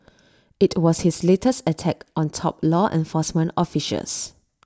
IT was his latest attack on top law enforcement officials